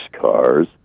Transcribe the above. cars